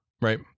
Right